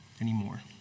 anymore